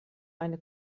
eine